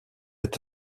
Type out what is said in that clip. est